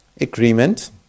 agreement